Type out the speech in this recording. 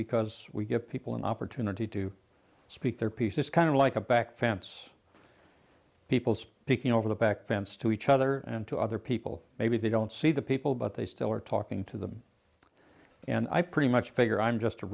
because we give people an opportunity to speak their piece is kind of like a back fence people speaking over the back fence to each other and to other people maybe they don't see the people but they still are talking to them and i pretty much figure i'm just a